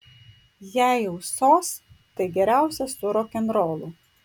jei jau sos tai geriausia su rokenrolu